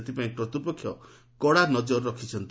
ସେଥିପାଇଁ କର୍ତ୍ତୃପକ୍ଷ କଡ଼ା ନଜର ରଖିଛନ୍ତି